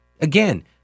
Again